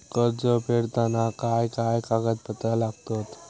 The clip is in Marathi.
कर्ज फेडताना काय काय कागदपत्रा लागतात?